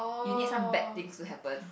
you need some bad things to happen